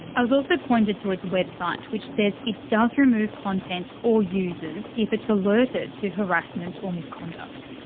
i was also pointed to its website, which says it does remove content or users if it's alerted to harassment or misconduct.